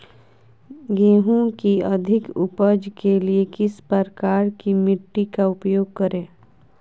गेंहू की अधिक उपज के लिए किस प्रकार की मिट्टी का उपयोग करे?